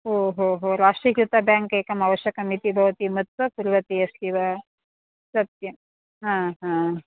ओहो हो राष्ट्रीयकृतबेङ्क् एकम् अवशकम् इति भवति मत्वा कृतवती अस्ति वा सत्यं हा हा